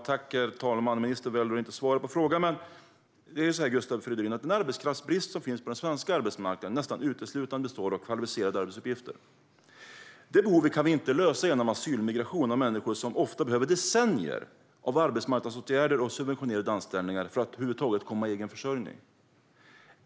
Herr talman! Ministern väljer att inte svara på frågan. Det är så här, Gustav Fridolin, att den arbetskraftsbrist som finns på den svenska arbetsmarknaden nästan uteslutande består av jobb med kvalificerade arbetsuppgifter. Det behovet kan vi inte lösa genom asylmigration av människor som ofta behöver decennier av arbetsmarknadsåtgärder och subventionerade anställningar för att över huvud taget komma i egen försörjning.